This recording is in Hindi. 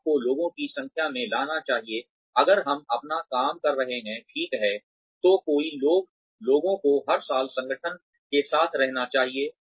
आपको लोगों की संख्या में लाना चाहिए अगर हम अपना काम कर रहे हैं ठीक है तो कई लोगों को हर साल संगठन के साथ रहना चाहिए